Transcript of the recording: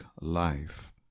Life